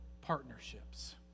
partnerships